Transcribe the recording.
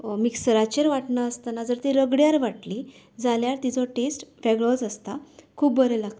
मिक्सराचेर वाटनासतना जर ती रगड्यार वाटली जाल्यार तिचो टेस्ट वेगळोच आसता खूब बरें लागता